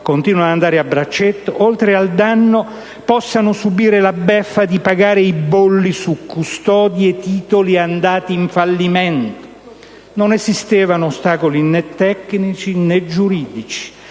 continua ad andare a braccetto) oltre al danno debbano subire la beffa di pagare i bolli su custodie di titoli andati in fallimento. Non esistevano ostacoli, né tecnici né giuridici,